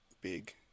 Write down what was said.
big